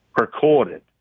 recorded